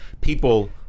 people